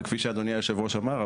כפי שאדוני היושב-ראש אמר,